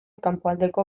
kanpoaldeko